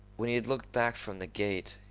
when he had looked back from the gate,